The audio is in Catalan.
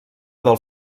del